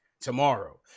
tomorrow